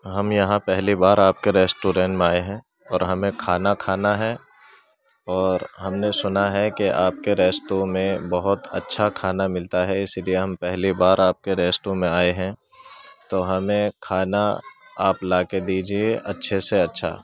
ہم یہاں پہلی بار آپ کے ریسٹورینٹ میں آئے ہیں اور ہمیں کھانا کھانا ہے اور ہم نے سنا ہے کہ آپ کے ریسٹو میں بہت اچھا کھانا ملتا ہے اسی لیے ہم پہلی بار آپ کے ریسٹورنٹ میں آئے ہیں تو ہمیں کھانا آپ لا کے دیجیے اچھے سے اچھا